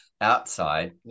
outside